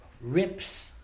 rips